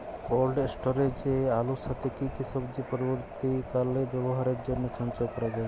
Cold স্টোরেজে আলুর সাথে কি কি সবজি পরবর্তীকালে ব্যবহারের জন্য সঞ্চয় করা যায়?